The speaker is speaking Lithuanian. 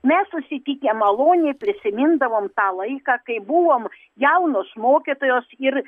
mes susitikę maloniai prisimindavom tą laiką kai buvom jaunos mokytojos ir